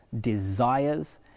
desires